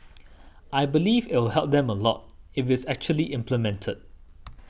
I believe I'll help them a lot if it's actually implemented